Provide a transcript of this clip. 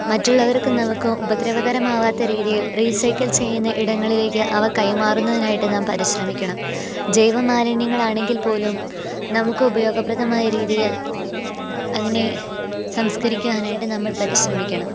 മറ്റുള്ളവർക്കും നമുക്കും ഉപദ്രവകരമാവാത്ത രീതിയിൽ റീസൈക്കിൾ ചെയ്യുന്ന ഇടങ്ങളിലേക്ക് അവ കൈമാറുന്നതിനായ്ട്ട് നാം പരിശ്രമിക്കണം ജൈവ മാലിന്യങ്ങളാണെങ്കിൽപ്പോലും നമുക്കുപയോഗപ്രദമായ രീതിയിൽ അതിനെ സംസ്കരിക്കുവാനായിട്ട് നമ്മൾ പരിശ്രമിക്കണം